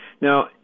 now